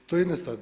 To je jedna stvar.